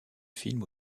films